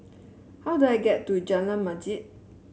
how do I get to Jalan Masjid